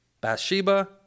Bathsheba